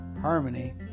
harmony